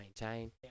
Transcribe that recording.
maintain